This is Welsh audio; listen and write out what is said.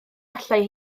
allai